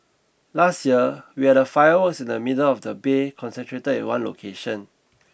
last year we had the fireworks in the middle of the bay concentrated in one location